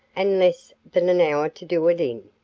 and less than an hour to do it in.